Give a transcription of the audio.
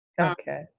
Okay